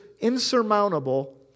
insurmountable